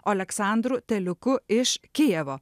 oleksandru teliuku iš kijevo